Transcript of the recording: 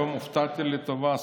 היום הופתעתי לטובה,